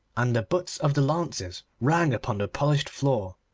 and the butts of the lances rang upon the polished floor.